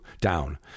down